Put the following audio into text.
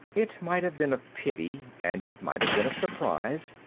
it might have been of pity, and it might have been of surprise.